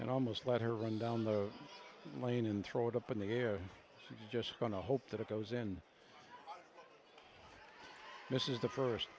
and almost let her run down the lane and throw it up in the air she's just going to hope that it goes and misses the first